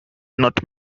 not